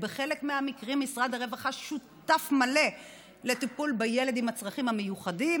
בחלק מהמקרים משרד הרווחה שותף מלא לטיפול בילד עם הצרכים המיוחדים,